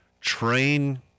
train